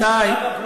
ואגב,